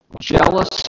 Jealous